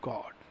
God